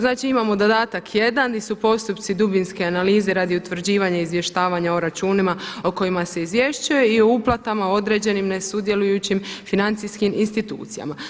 Znači imao dodatak jedan di su postupci dubinske analize radi utvrđivanja i izvještavanja o računima o kojima se izvješćuje i o uplatama određenim ne sudjelujućim financijskim institucijama.